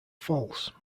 false